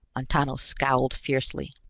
montano scowled fiercely.